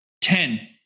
Ten